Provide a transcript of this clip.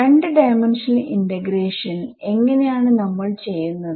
2 dimensional ഇന്റഗ്രേഷൻഎങ്ങനെയാണ് നമ്മൾ ചെയ്യുന്നത്